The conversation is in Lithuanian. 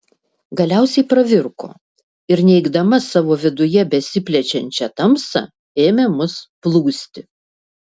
galiausiai pravirko ir neigdama savo viduje besiplečiančią tamsą ėmė mus plūsti